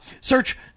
search